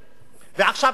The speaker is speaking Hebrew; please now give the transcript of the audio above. ועכשיו, אז למה?